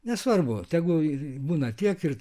nesvarbu tegu ir būna tiek ir